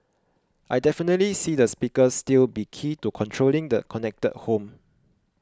I definitely see the speaker still be key to controlling the connected home